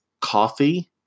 coffee